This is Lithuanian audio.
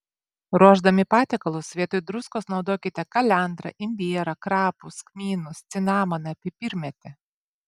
ruošdami patiekalus vietoj druskos naudokite kalendrą imbierą krapus kmynus cinamoną pipirmėtę